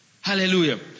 Hallelujah